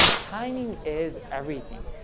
timing is everything.